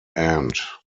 end